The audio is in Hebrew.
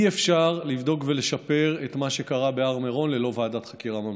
אי-אפשר לבדוק ולשפר את מה שקרה בהר מירון ללא ועדת חקירה ממלכתית.